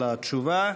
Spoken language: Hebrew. על התשובה.